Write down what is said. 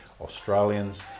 Australians